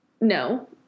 No